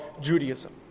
Judaism